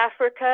Africa